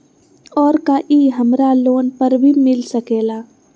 और का इ हमरा लोन पर भी मिल सकेला?